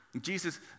Jesus